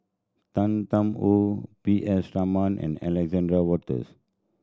Tan Tarn How P S Raman and Alexander Wolters